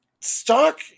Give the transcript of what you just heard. stock